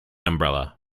umbrella